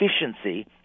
efficiency